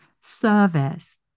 Service